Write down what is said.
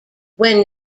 when